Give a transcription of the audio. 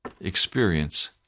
experience